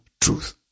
truth